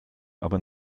aber